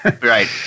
Right